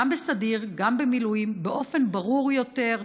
גם בסדיר, גם במילואים, באופן ברור יותר,